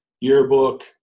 yearbook